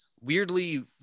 weirdly